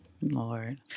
Lord